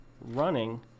running